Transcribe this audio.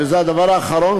זה הדבר האחרון,